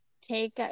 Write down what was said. Take